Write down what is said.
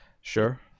sure